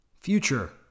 Future